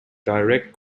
direct